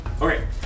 Okay